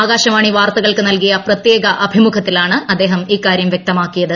ആകാശവാണി വാർത്തകൾക്ക് നൽകിയ പ്രത്യേക്ക അഭിമുഖത്തിലാണ് അദ്ദേഹം ഇക്കാരൃം വൃക്തമാക്കിയത്